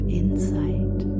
insight